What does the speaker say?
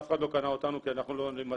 אף אחד לא קנה אותנו כי אנחנו לא הסכמנו,